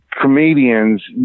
comedians